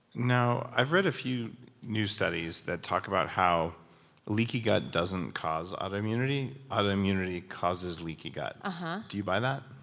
now, i've read a few new studies that talk about how leaky gut doesn't cause autoimmunity, autoimmunity causes leaky gut. and do you buy that?